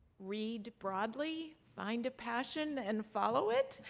read broadly, find a passion, and follow it.